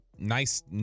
Nice